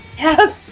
Yes